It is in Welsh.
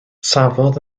safodd